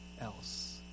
else